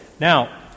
Now